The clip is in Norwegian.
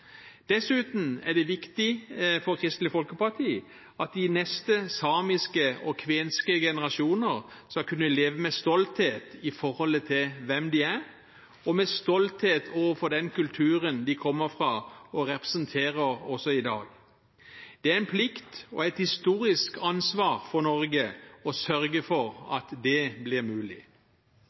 Dessuten er det viktig for Kristelig Folkeparti at de neste samiske og kvenske generasjoner skal kunne leve med stolthet med tanke på hvem de er, og med stolthet overfor den kulturen de kommer fra og representerer også i dag. Det er en plikt og et historisk ansvar for Norge å sørge for at det blir mulig.